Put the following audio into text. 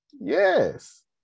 Yes